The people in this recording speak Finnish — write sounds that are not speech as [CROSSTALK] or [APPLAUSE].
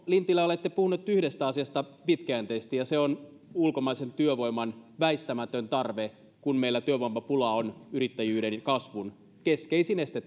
lintilä olette puhunut yhdestä asiasta pitkäjänteisesti ja se on ulkomaisen työvoiman väistämätön tarve kun meillä työvoimapula on yrittäjyyden kasvun keskeisin este [UNINTELLIGIBLE]